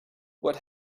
what